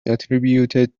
attributed